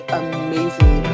amazing